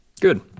Good